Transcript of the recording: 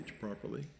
properly